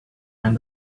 and